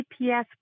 GPS